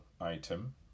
item